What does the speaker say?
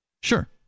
Sure